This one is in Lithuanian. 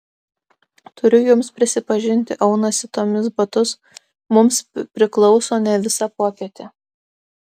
turiu jums prisipažinti aunasi tomis batus mums priklauso ne visa popietė